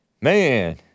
Man